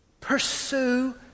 Pursue